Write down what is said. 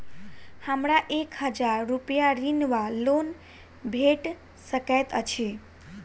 हमरा एक हजार रूपया ऋण वा लोन भेट सकैत अछि?